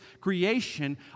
creation